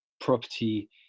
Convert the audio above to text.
property